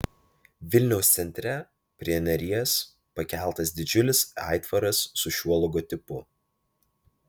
vilniaus centre prie neries pakeltas didžiulis aitvaras su šiuo logotipu